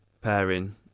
pairing